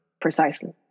Precisely